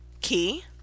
Key